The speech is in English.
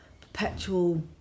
perpetual